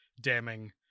damning